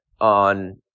on